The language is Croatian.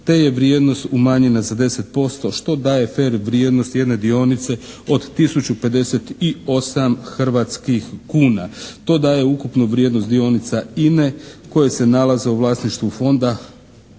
te je vrijednost umanjena za 10%, što daje fer vrijednosti jedne dionice od tisuću 58 hrvatskih kuna. To daje ukupno vrijednost dionica INA-e koje se nalaze u vlasništvu Fonda